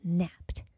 napped